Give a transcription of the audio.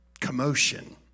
commotion